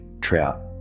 trout